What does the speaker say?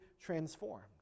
transformed